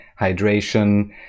hydration